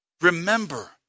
Remember